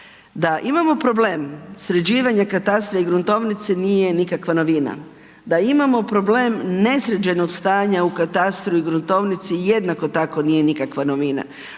Da imamo problem sređivanja katastra i gruntovnice nije nikakva novina, da imamo problem nesređenog stanja u katastru i gruntovnici jednako tako nije nikakva novina.